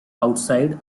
outside